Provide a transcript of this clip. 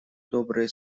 добрые